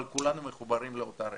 אבל כולנו מחוברים לאותה רשת.